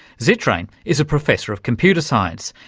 zittrain is a professor of computer science,